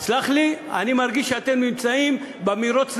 סלח לי, אני מרגיש שאתם נמצאים במירוץ לקיצון: